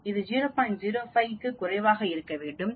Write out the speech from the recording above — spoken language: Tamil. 05 க்கும் குறைவாக இருக்க வேண்டும்